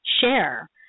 share